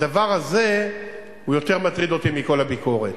הדבר הזה יותר מטריד אותי מכל הביקורת.